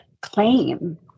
claim